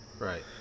Right